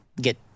get